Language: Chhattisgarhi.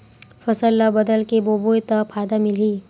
फसल ल बदल के बोबो त फ़ायदा मिलही?